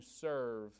serve